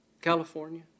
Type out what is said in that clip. California